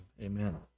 amen